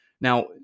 Now